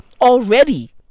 already